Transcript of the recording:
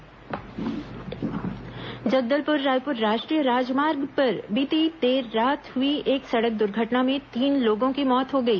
दुर्घटना जगदलपुर रायपुर राष्ट्रीय राजमार्ग पर बीती देर रात हुई एक सड़क दुर्घटना में तीन लोगों की मौत हो गई